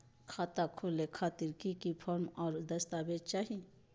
खाता खोले खातिर की की फॉर्म और दस्तावेज चाही?